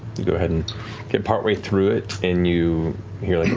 you go ahead and get partway through it and you hear,